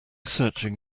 searching